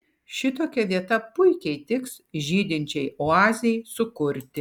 šitokia vieta puikiai tiks žydinčiai oazei sukurti